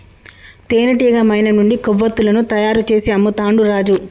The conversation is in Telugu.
తేనెటీగ మైనం నుండి కొవ్వతులను తయారు చేసి అమ్ముతాండు రాజు